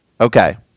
Okay